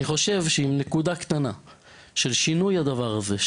אני חושב שאם נקודה קטנה של שינוי הדבר הזה,